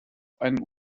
einen